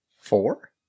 Four